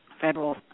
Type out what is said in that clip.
federal